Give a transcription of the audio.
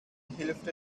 hilft